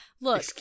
Look